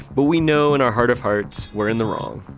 but we know in our heart of hearts, we're in the wrong.